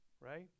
Right